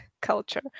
culture